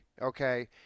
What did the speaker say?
Okay